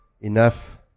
enough